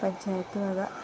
പഞ്ചായത്തു വക